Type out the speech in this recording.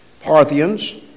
Parthians